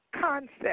concept